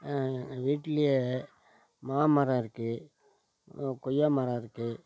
எங்கள் வீட்லேயே மாமரம் இருக்குது கொய்யா மரம் இருக்குது